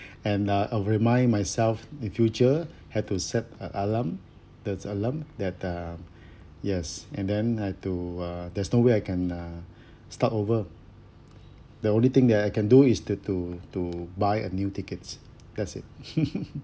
and uh I remind myself in future have to set an alarm that's alarm that uh yes and then have to uh there's no way I can uh start over the only thing that I can do is to to to buy a new ticket that's it